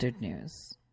news